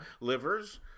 livers